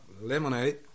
lemonade